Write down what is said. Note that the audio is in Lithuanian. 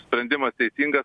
sprendimas teisingas